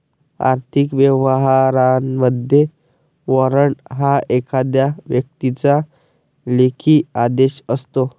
आर्थिक व्यवहारांमध्ये, वॉरंट हा एखाद्या व्यक्तीचा लेखी आदेश असतो